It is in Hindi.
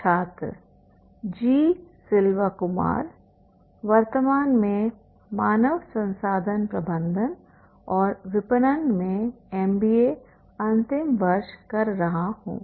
छात्र जी सिल्वा कुमार वर्तमान में मानव संसाधन प्रबंधन और विपणन में एमबीए अंतिम वर्ष कर रहा हूं